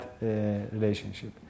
relationship